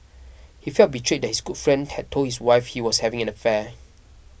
he felt betrayed his good friend had told his wife he was having an affair